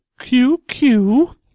QQ